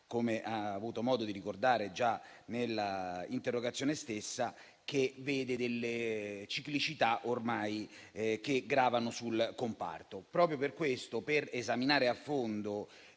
come ha avuto modo di ricordare già nell'interrogazione stessa, senatore Zanettin, risentono delle ciclicità che ormai gravano sul comparto. Proprio per questo, per esaminare a fondo